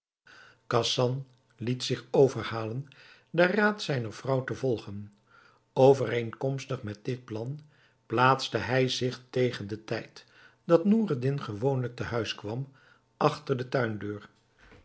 khasan liet zich overhalen den raad zijner vrouw te volgen overeenkomstig met dit plan plaatste hij zich tegen den tijd dat noureddin gewoonlijk te huis kwam achter de tuindeur